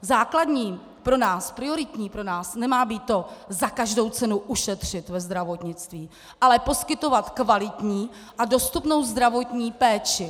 Základní, pro nás prioritní, nemá být to za každou cenu ušetřit ve zdravotnictví, ale poskytovat kvalitní a dostupnou zdravotní péči.